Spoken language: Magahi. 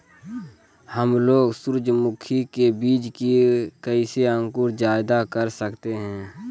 हमलोग सूरजमुखी के बिज की कैसे अंकुर जायदा कर सकते हैं?